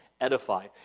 edify